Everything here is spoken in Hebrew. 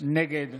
נגד